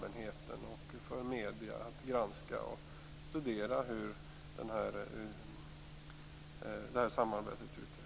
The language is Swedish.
Man skall ha möjlighet att granska avtalen och studera hur samarbetet utvecklas.